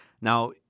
Now